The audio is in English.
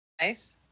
Nice